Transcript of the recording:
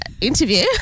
interview